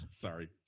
Sorry